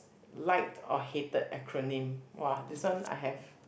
like or hated acronym !wah! this one I have